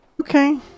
Okay